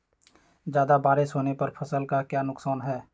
ज्यादा बारिस होने पर फसल का क्या नुकसान है?